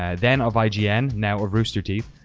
ah then of ign, now of rooster teeth.